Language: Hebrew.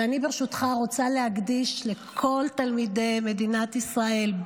וברשותך אני רוצה להקדיש לכל תלמידי מדינת ישראל,